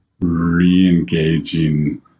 re-engaging